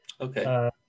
Okay